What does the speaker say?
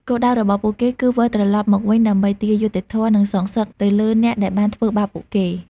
គោលដៅរបស់ពួកគេគឺវិលត្រឡប់មកវិញដើម្បី ទារយុត្តិធម៌ និងសងសឹក ទៅលើអ្នកដែលបានធ្វើបាបពួកគេ។